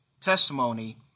testimony